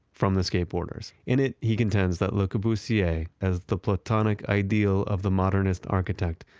from the skateboarders. in it, he contends that le corbusier as the platonic ideal of the modernist architect,